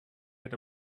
had